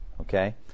Okay